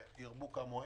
וירבו כמוהם,